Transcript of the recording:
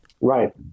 Right